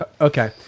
Okay